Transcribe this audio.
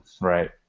Right